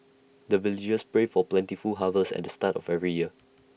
the villagers pray for plentiful harvest at the start of every year